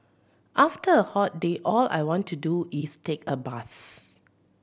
after a hot day all I want to do is take a bath